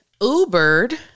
Ubered